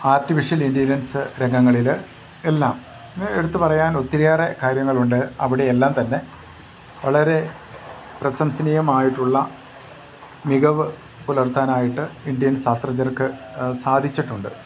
artificial intelligence രംഗങ്ങളിൽ എല്ലാം എടുത്തു പറയാൻ ഒത്തിരിയേറെ കാര്യങ്ങളുണ്ട് അവിടെ എല്ലാം തന്നെ വളരെ പ്രശംസനീയമായിട്ടുള്ള മികവു പുലർത്താനായിട്ട് ഇന്ത്യൻ ശാസ്ത്രജ്ഞർക്ക് സാധിച്ചിട്ടുണ്ട്